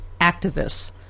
activists